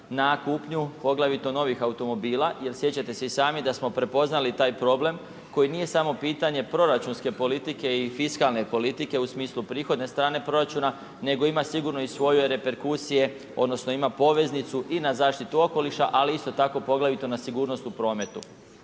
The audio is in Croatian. na kupnju poglavito novih automobila jer sjećate se i sami da smo prepoznali taj problem koji nije samo pitanje proračunske politike i fiskalne politike u smislu prihodne strane proračuna nego ima sigurno i svoje reperkusije odnosno poveznicu i na zaštitu okoliša isto tako poglavito na sigurnost u prometu.